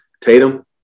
Tatum